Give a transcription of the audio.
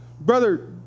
brother